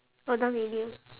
oh done already ah